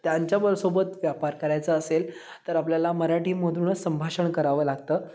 त्यांच्याबरो सोबत व्यापार करायचा असेल तर आपल्याला मराठीमधूनच संभाषण करावं लागतं